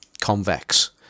convex